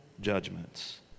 judgments